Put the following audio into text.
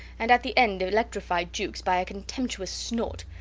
and at the end electrified jukes by a contemptuous snort,